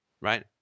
right